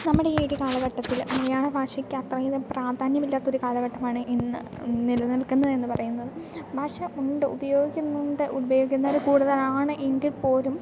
നമ്മുടെ ഈ ഒരു കാലഘട്ടത്തിൽ മലയാള ഭാഷയ്ക്ക് അത്രയധികം പ്രാധാന്യമില്ലാത്തൊരു കാലഘട്ടമാണ് ഇന്ന് നിലനിൽക്കുന്നത് എന്നു പറയുന്നത് ഭാഷ ഉണ്ട് ഉപയോഗിക്കുന്നുണ്ട് ഉപയോഗിക്കുന്നവർ കൂടുതലാണ് എങ്കിൽ പോലും